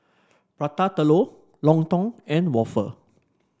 Prata Telur Lontong and waffle